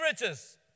riches